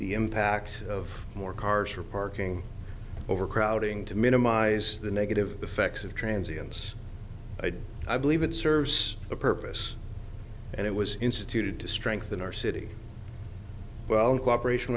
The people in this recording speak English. the impact of more cars for parking overcrowding to minimize the negative effects of transience i believe it serves a purpose and it was instituted to strengthen our city well in cooperation